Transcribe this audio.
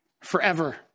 forever